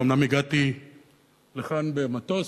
ואומנם הגעתי לכאן במטוס,